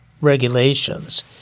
regulations